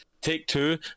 Take-Two